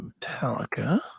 Metallica